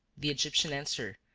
the egyptian answered,